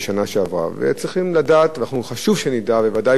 צריכים לדעת, חשוב שנדע, בוודאי כולנו יודעים,